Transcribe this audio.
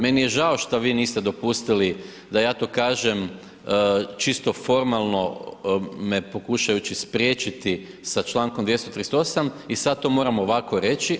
Meni je žao šta vi niste dopustili da ja to kažem čisto formalno me pokušajući spriječiti sa člankom 238. i sada to moram ovako reći.